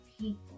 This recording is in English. people